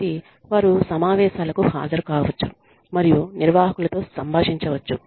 కాబట్టి వారు సమావేశాలకు హాజరుకావచ్చు మరియు నిర్వాహకులతో సంభాషించవచ్చు